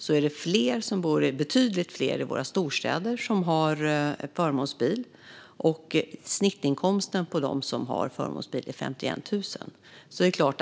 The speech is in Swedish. I genomsnitt är det ändå betydligt fler som bor i våra storstäder som har förmånsbil, och snittinkomsten för dem som har förmånsbil är 51 000 kronor i månaden.